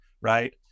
right